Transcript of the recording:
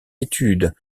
études